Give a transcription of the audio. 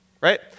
right